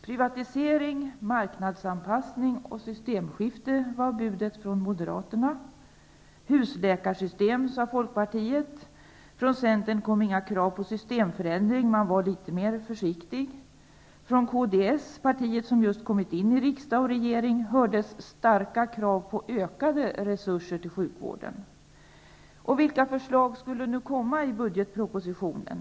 Privatisering, marknadsanpassning och systemskifte var budet från Moderaterna. Folpartiet ville ha husläkarsystem. Från Centern kom inga krav på systemförändring -- man var litet mer försiktig. Från kds, partiet som just kommit in i riksdag och regering, hördes starka krav på ökade resurser till sjukvården. Man undrade vilka förslag som nu skulle komma i budgetpropositionen.